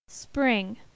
Spring